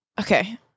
Okay